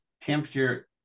temperature